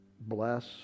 bless